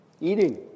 eating